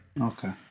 Okay